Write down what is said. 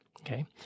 okay